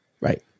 Right